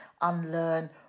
unlearn